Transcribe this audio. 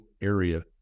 area